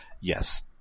Yes